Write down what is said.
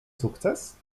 sukces